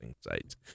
sites